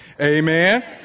Amen